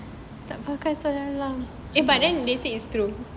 but they say it's true